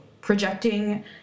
projecting